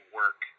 work